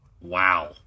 wow